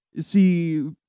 see